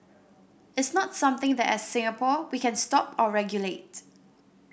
it's not something that as Singapore we can stop or regulate